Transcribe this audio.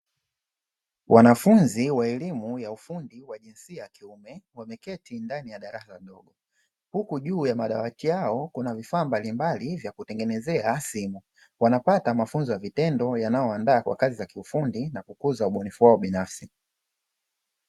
Wanafunzi wa elimu ya ufundi wa jinsia ya kiume wameketi ndani ya darasa dogo huku juu ya madawati yao kuna vifaa mbalimbali vya kutengenezea simu. Wanapata mafunzo ya vitendo yanayowaandaa kwa kazi za kiufundi na kukuza ubunifu wao binafsi.